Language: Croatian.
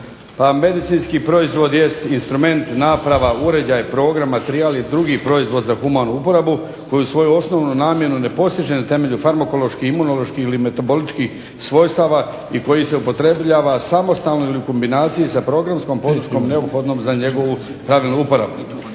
medicinski proizvod jest instrument, naprava, uređaj, program, materijal i drugi proizvod za humanu uporabu koji svoju osnovnu namjenu ne postiže na temelju farmakoloških, imunoloških ili metaboličkih svojstava i koji se upotrebljava samostalno ili u kombinaciji sa programskom podrškom neophodnog za njegovu pravilnu uporabu.